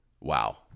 Wow